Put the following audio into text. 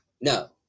No